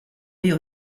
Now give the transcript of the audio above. wir